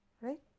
right